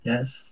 Yes